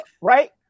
Right